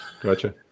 Gotcha